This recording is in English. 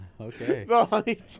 okay